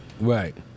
right